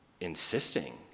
insisting